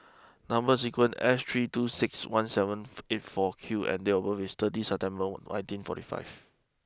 number sequence is S three two six one seven eight four Q and date of birth is thirty September nineteen forty five